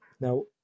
Now